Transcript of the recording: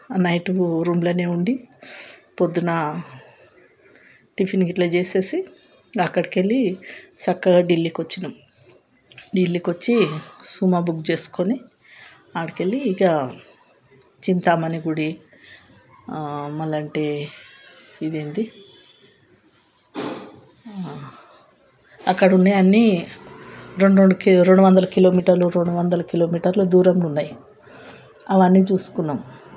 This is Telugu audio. ఆ నైట్ రూమ్లోనే ఉండి ప్రొద్దున టిఫిన్ ఇట్లా చేసేసి అక్కడికెళ్ళి చక్కగా ఢిల్లీకి వచ్చినము ఢిల్లీకి వచ్చి సుమో బుక్ చేసుకొని అక్కడికి వెళ్ళి ఇక చింతామణి గుడి మళ్ళీ అంటే ఇదేంటి అక్కడ ఉన్నాయి అన్నీ రెండు రెండు రెండు వందల కిలోమీటర్లు రెండు వందల కిలోమీటర్ల దూరంలో ఉన్నాయి అవన్నీ చూసుకున్నాము